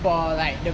for like the